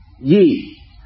ye